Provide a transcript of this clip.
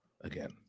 Again